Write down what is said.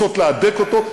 רוצות להדק אותו.